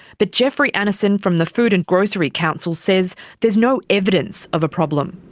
but geoffrey annison from the food and grocery council says there's no evidence of a problem.